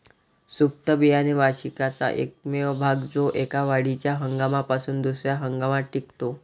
सुप्त बियाणे वार्षिकाचा एकमेव भाग जो एका वाढीच्या हंगामापासून दुसर्या हंगामात टिकतो